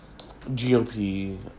GOP